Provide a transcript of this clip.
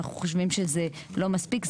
אנחנו חושבים שזה לא מספיק.